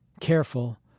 careful